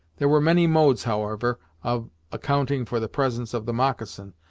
there were many modes, however, of accounting for the presence of the moccasin,